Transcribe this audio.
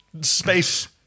space